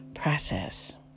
Process